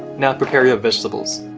now, prepare your vegetables.